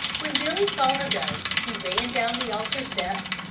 when billy saw her go he ran down the altar steps,